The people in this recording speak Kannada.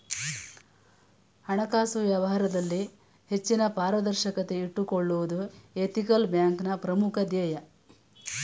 ಹಣಕಾಸು ವ್ಯವಹಾರದಲ್ಲಿ ಹೆಚ್ಚಿನ ಪಾರದರ್ಶಕತೆ ಇಟ್ಟುಕೊಳ್ಳುವುದು ಎಥಿಕಲ್ ಬ್ಯಾಂಕ್ನ ಪ್ರಮುಖ ಧ್ಯೇಯ